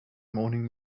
morning